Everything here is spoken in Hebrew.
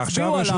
תצביעו.